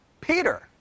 Peter